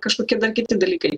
kažkokie dar kiti dalykai